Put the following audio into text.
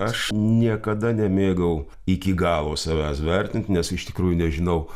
aš niekada nemėgau iki galo savęs vertint nes iš tikrųjų nežinau